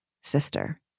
sister